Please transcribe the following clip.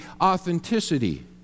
authenticity